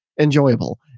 enjoyable